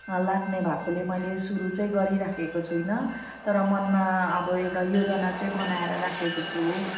लाग्ने भएकोले मैले सुरु चाहिँ गरिराखेको छुइनँ तर मनमा अब एउटा योजना चाहिँ बनाएर राखेको छु